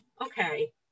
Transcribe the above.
okay